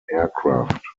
aircraft